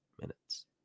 minutes